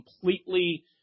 completely